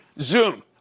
Zoom